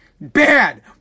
Bad